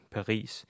Paris